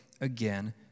again